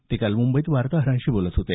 ते काल मुंबईत वार्ताहरांशी बोलत होते